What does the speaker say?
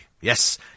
Yes